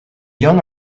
young